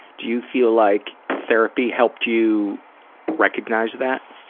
do you feel like therapy helped you recognize that?